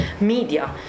media